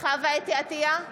חוה אתי עטייה,